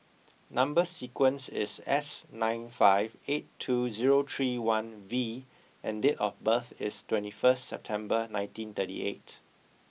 number sequence is S nine five eight two zero three one V and date of birth is twenty first September nineteen thirty eight